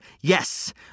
yes